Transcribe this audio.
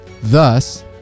thus